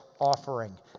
offering